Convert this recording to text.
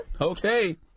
Okay